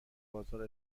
بازار